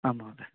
आं महोदय